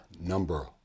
number